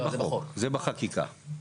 זה בחקיקה.